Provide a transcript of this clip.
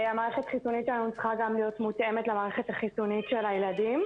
המערכת החיסונית שלנו צריכה גם להיות מותאמת למערכת החיסונית של הילדים,